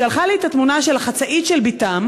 שלחו לי את התמונה של החצאית של בתם,